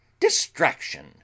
distraction